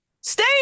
stay